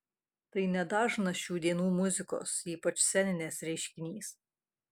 tai nedažnas šių dienų muzikos ypač sceninės reiškinys